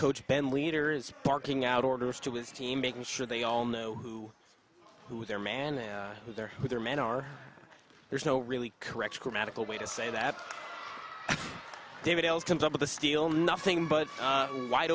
coach bandleaders parking out orders to his team making sure they all know who who their man in there who their men are there's no really correct grammatical way to say that david else comes up with a steel nothing but wide